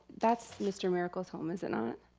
that's mr. miracle's home is it not?